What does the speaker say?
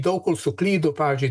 daug kur suklydo pavyzdžiui